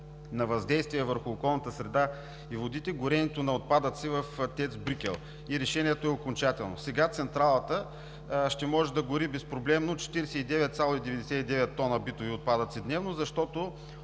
на въздействие върху околната среда и водите горенето на отпадъци в ТЕЦ „Брикел“. Решението е окончателно. Сега централата ще може да гори безпроблемно 49,99 тона битови отпадъци дневно, защото